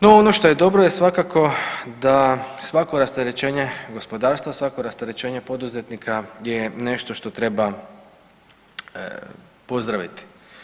No, ono što je dobro je svakako da svako rasterećenje gospodarstva, svako rasterećenje poduzetnika je nešto što treba pozdraviti.